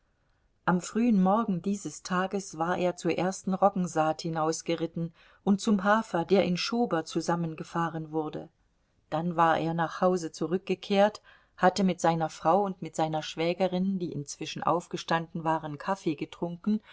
am frühen morgen dieses tages war er zur ersten roggensaat hinausgeritten und zum hafer der in schober zusammengefahren wurde dann war er nach hause zurückgekehrt hatte mit seiner frau und mit seiner schwägerin die inzwischen aufgestanden waren kaffee getrunken